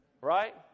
Right